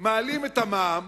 מעלים את המע"מ,